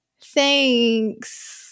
thanks